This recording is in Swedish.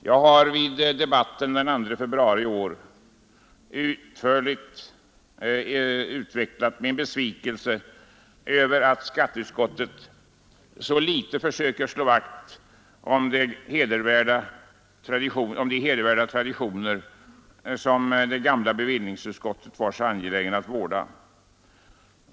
Jag har vid debatten den 2 februari i år utförligt utvecklat min besvikelse över att skatteutskottet så litet försöker slå vakt om de hedervärda traditioner som det gamla bevillningsutskottet var så angeläget att vårda.